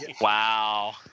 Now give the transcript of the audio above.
Wow